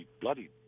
bloody